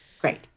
Great